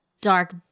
dark